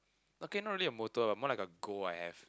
ok not really a motto lah more like a goal I have